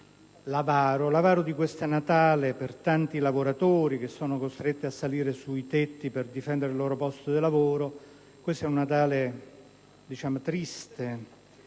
rende questo Natale per tanti lavoratori, costretti a salire sui tetti per difendere il loro posto di lavoro, un Natale triste.